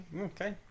Okay